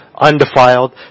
undefiled